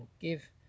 give